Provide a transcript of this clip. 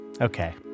Okay